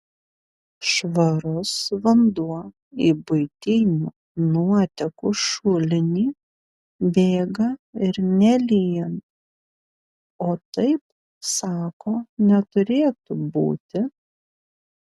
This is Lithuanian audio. švarus vanduo į buitinių nuotekų šulinį bėga ir nelyjant o taip sako neturėtų būti